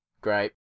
Great